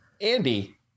Andy